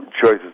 choices